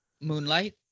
Moonlight